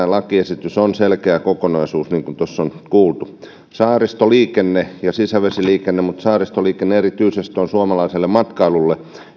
lakiesitys on selkeä kokonaisuus niin kuin tuossa on kuultu saaristoliikenne ja sisävesiliikenne mutta saaristoliikenne erityisesti on suomalaiselle matkailulle